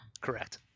Correct